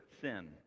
sin